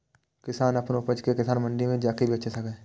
किसान अपन उपज कें किसान मंडी मे जाके बेचि सकैए